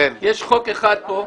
יש חוק אחד פה,